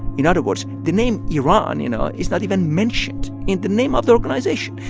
in other words, the name iran you know, is not even mentioned in the name of the organization.